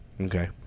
Okay